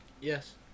Yes